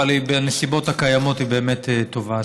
אבל בנסיבות הקיימות היא באמת טובה.